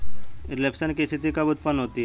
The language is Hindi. रिफ्लेशन की स्थिति कब उत्पन्न होती है?